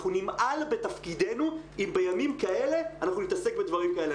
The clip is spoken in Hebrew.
אנחנו נמעל בתפקידנו אם בימים כאלה אנחנו נתעסק בדברים כאלה.